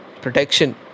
protection